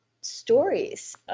stories